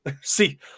See